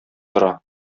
тора